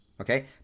Okay